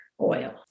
oil